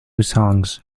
songs